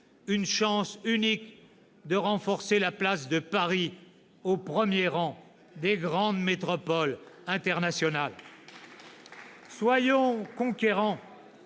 une chance unique de renforcer la place de Paris au premier rang des grandes métropoles internationales. » Très